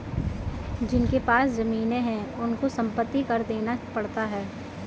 जिनके पास जमीने हैं उनको संपत्ति कर देना पड़ता है